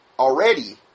Already